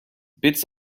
bits